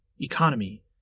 economy